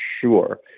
sure